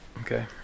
Okay